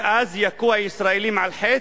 ואז יכו הישראלים על חטא,